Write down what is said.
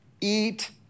eat